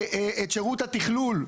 את שירות התכלול.